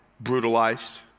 brutalized